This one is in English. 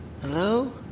Hello